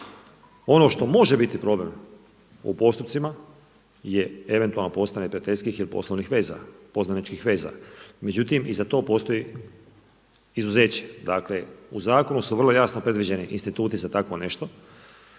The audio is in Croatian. Ono što može biti problem u postupcima je eventualno postojanje prijateljskih ili poslovnih veza, poznaničinih veza, međutim i za to postoji izuzeće. Dakle, u zakonu su vrlo jasno predviđeni instituti za takvo nešto